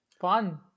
Fun